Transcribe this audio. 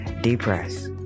Depress